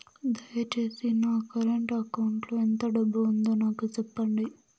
దయచేసి నా current account లో ఎంత డబ్బు ఉందో నాకు సెప్పండి